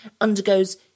undergoes